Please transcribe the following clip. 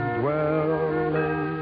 dwelling